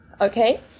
Okay